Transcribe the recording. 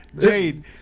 Jade